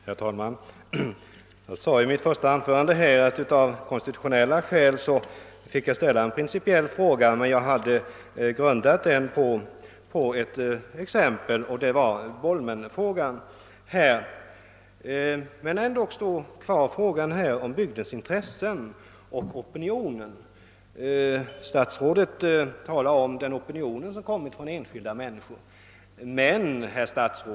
Herr talman! Jag sade i mitt första anförande att jag av konstitutionella skäl hade måst ställa en principiell fråga men att jag hade grundat den på ett exempel, nämligen frågan om sjön Bolmen. Här kvarstår ändå frågan om bygdens intressen och opinionen. Statsrådet talar om den opinion som enskilda sjövatten från en region till en annan människor gett uttryck för.